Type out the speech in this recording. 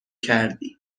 کردی